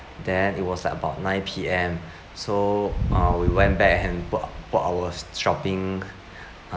then it was like about nine P_M so uh we went back and brought our brought our shopping